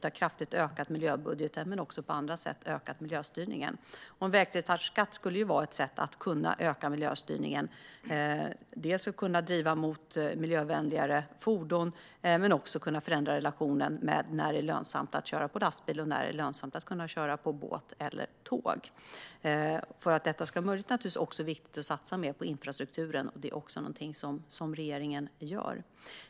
Vi har kraftigt ökat miljöbudgeten men också på andra sätt ökat miljöstyrningen. En vägslitageskatt skulle vara ett sätt att kunna öka miljöstyrningen. Man skulle dels kunna driva utvecklingen mot miljövänligare fordon, dels kunna förändra relationen mellan när det är lönsamt att köra på lastbil och när det är lönsamt att köra på båt eller tåg. För att detta ska vara möjligt är det naturligtvis viktigt att också satsa mer på infrastrukturen, och det är någonting som regeringen gör.